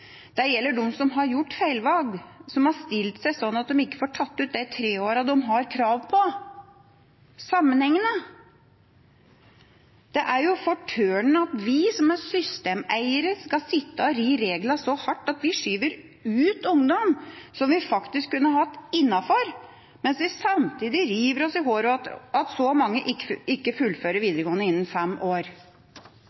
Dette gjelder dem som har gjort feilvalg, som har stilt seg sånn at de ikke får tatt ut de tre åra de har krav på – sammenhengende. Det er jo fortørnende at vi, som er systemeiere, skal sitte og ri reglene så hardt at vi skyver ut ungdom som vi faktisk kunne hatt innenfor, mens vi samtidig river oss i håret over at så mange ikke fullfører videregående innen fem år.